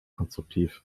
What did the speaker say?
konstruktiv